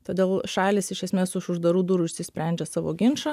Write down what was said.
todėl šalys iš esmės už uždarų durų išsisprendžia savo ginčą